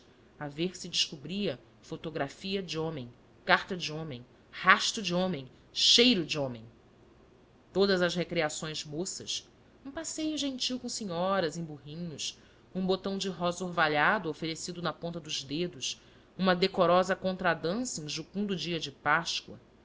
a ver se descobria fotografia de homem carta de homem rasto de homem cheiro de homem todas as recreações moças um passeio gentil com senhoras em burrinhos um botão de rosa orvalhado oferecido na ponta dos dedos uma decorosa contradança em jucundo dia de páscoa